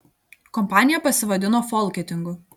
kompanija pasivadino folketingu